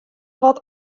wat